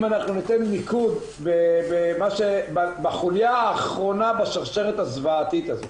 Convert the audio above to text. אם אנחנו ניתן מיקוד בחוליה האחרונה בשרשרת הזוועתית הזאת,